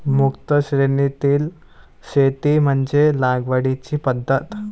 मुक्त श्रेणीतील शेती म्हणजे लागवडीची पद्धत